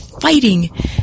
fighting